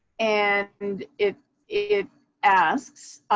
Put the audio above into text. and and it it asks,